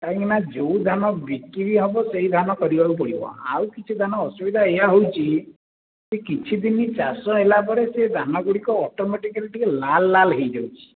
କାହିଁକିନା ଯେଉଁ ଧାନ ବିକ୍ରି ହେବ ସେଇ ଧାନ କରିବାକୁ ପଡ଼ିବ ଆଉ କିଛି ଧାନ ଅସୁବିଧା ଏଇଆ ହେଉଛି କିଛି ଦିନ ଚାଷ ହେଲାପରେ ସେ ଧାନ ଗୁଡ଼ିକ ଅଟୋମେଟିକାଲି ଟିକେ ଲାଲ ଲାଲ ହୋଇଯାଉଛି